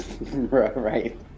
Right